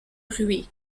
rhuys